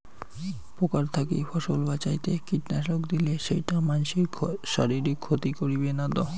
পোকার থাকি ফসল বাঁচাইতে কীটনাশক দিলে সেইটা মানসির শারীরিক ক্ষতি করিবে না তো?